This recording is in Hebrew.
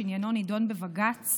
שעניינו נדון בבג"ץ